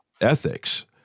ethics